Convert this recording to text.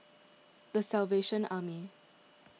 the Salvation Army